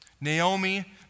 Naomi